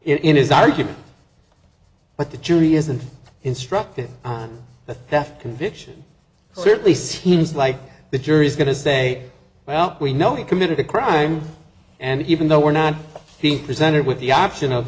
in his argument but the jury isn't instructed on the theft conviction certainly seems like the jury is going to say well we know he committed a crime and even though we're not being presented with the option of